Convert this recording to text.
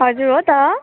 हजुर हो त